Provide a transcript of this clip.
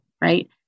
right